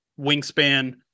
wingspan